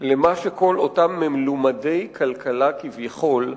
של מה שכל אותם מלומדי כלכלה, כביכול,